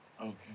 okay